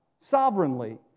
sovereignly